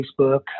facebook